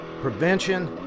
prevention